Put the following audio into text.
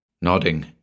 Nodding